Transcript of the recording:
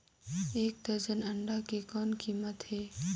एक दर्जन अंडा के कौन कीमत हे?